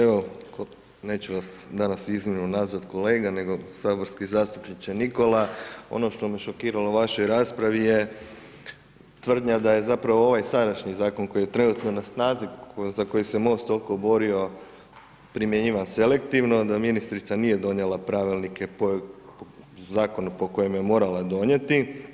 Evo, neću vas danas iznimno nazvati kolega, nego saborski zastupniče Nikola, ono što me šokiralo u vašoj raspravi je tvrdnja da je zapravo ovaj sadašnji zakon, koji je trenutno na snazi, za koji se Most toliko borio, primjenjiva selektivno, da ministrica nije donijela pravilnike, zakon po kojem je morala donijeti.